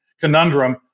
conundrum